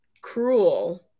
Cruel